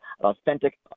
authentic